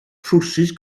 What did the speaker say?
trowsus